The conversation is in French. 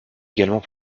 également